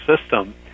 system